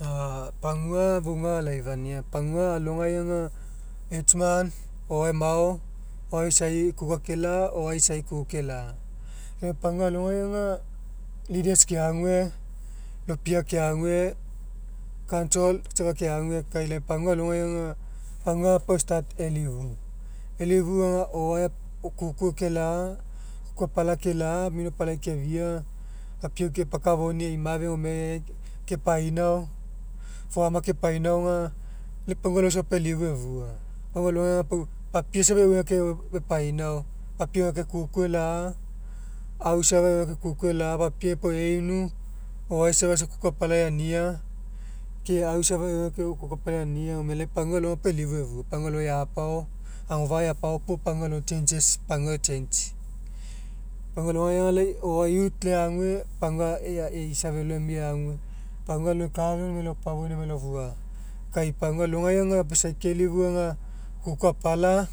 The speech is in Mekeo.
Apagua fouga alaifania pagua alogai aga man o'oae mao pau isai kuku agela'a o'oae isai kuku kela'a. Gae pagua alogai aga leaders keague lopia keague council safa keague gainai pagua alogai aga pagua pau e start elifu. Elifu aga o'oae kuku kela'a kuku apala kela'a mino apalai keafia papiau kepakafoni'i e'i mafe gome ke painao foama kepainaoga. Ina pagua alo safa pau elifu efua pagua alogai aga pau papie safa euegekae e epainao papie euegekae kuku ela'a papie pau einu o'oae safa kuku apala eaniabke au safa euegekae kuku apala eaniabgome lai pagua alo aga pau elifu efua pagua alo eapao agofa'a eapao puo pagua alo changes pagua e'changei. Pagua alogai aga lai o'oae youth lai eague pagua ea e isa felo emia agu. Pagua alo ekafelo mo emai elao opofoina emai elao fua. Kai pagua aloisai amu isai kelufu aga kuku apala,